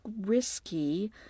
risky